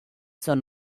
son